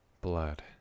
Blood